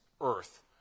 earth